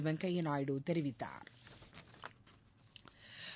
வெங்கையா நாயுடு தெரிவித்தாா்